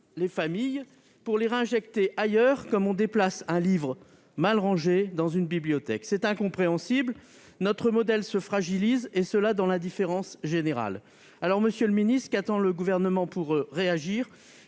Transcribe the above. de financement, pour les réinjecter ailleurs, comme on déplace un livre mal rangé dans une bibliothèque. C'est incompréhensible ! Notre modèle se fragilise, et cela dans l'indifférence générale. Monsieur le secrétaire d'État, qu'attend le Gouvernement pour réagir ?